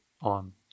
on